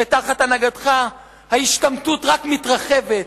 ותחת הנהגתך ההשתמטות רק מתרחבת,